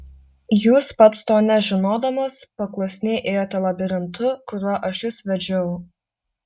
jūs pats to nežinodamas paklusniai ėjote labirintu kuriuo aš jus vedžiau